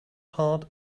heart